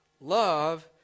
Love